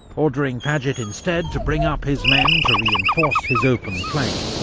ordering paget instead to bring up his men to reinforce his open flank,